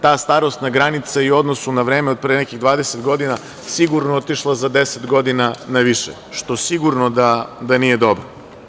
Ta starosna granica u odnosu na vreme od pre nekih 20 godina je sigurno otišla za 10 godina naviše, što sigurno da nije dobro.